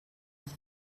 give